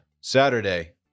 Saturday